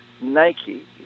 Nike